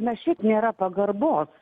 na šiaip nėra pagarbos